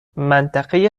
منطقه